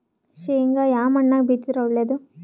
ಶೇಂಗಾ ಯಾ ಮಣ್ಣಾಗ ಬಿತ್ತಿದರ ಒಳ್ಳೇದು?